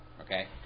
Okay